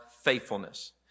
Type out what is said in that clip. faithfulness